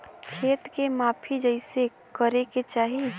खेत के माफ़ी कईसे करें के चाही?